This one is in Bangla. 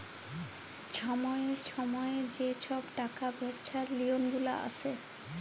ছময়ে ছময়ে যে ছব টাকা ব্যবছার লিওল গুলা আসে